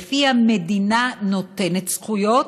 לפיה מדינה נותנת זכויות